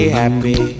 happy